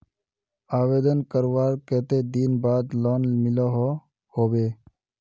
आवेदन करवार कते दिन बाद लोन मिलोहो होबे?